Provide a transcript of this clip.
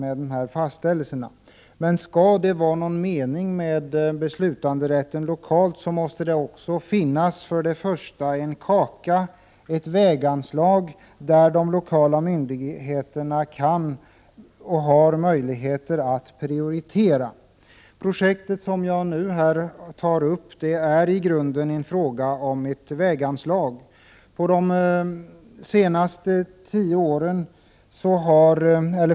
Men skall det vara någon mening med beslutanderätten lokalt måste det också finnas ett väganslag där de lokala myndigheterna har möjligheter att prioritera. Projektet som jag nu tagit upp är i grunden en fråga om ett väganslag.